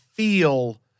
feel